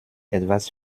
etwas